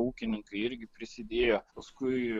ūkininkai irgi prisidėjo paskui